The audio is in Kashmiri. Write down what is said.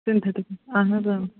سِنتھٲرٹِک اَہَن حظ